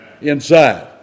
inside